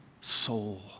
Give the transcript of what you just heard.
soul